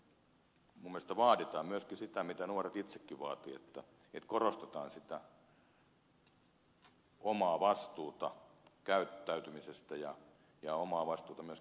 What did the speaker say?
minun mielestäni on vaadittava myöskin sitä mitä nuoret itsekin vaativat että korostetaan sitä omaa vastuuta käyttäytymisestä ja omaa vastuuta myöskin päihteiden käytössä